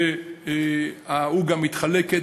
העוגה מתחלקת,